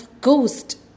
ghost